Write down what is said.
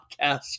podcast